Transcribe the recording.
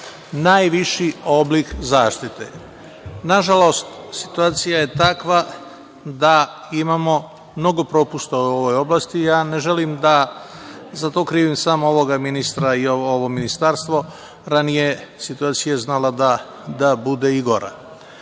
najviši oblik zaštite. Nažalost, situacija je takva da imamo mnogo propusta u ovoj oblasti. Ja ne želim da za to krivim samo ovog ministra i ovo ministarstvo, ranije je situacija znala da bude i gora. Imali